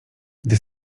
gdy